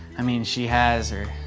i mean she has or,